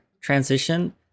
transition